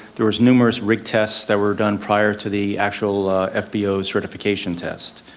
there was numerous rig tests that were done prior to the actual fbo certification test.